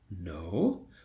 No